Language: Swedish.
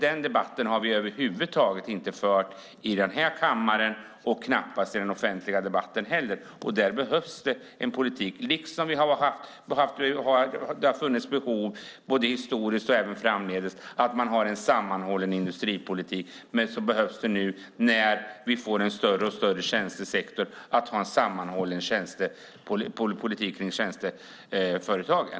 Den debatten har vi inte fört i den här kammaren över huvud taget, och knappast i den offentliga debatten heller. Precis som det behövs en sammanhållen industripolitik behövs det nu, när vi får en allt större tjänstesektor, att man håller samman politiken i tjänsteföretagen.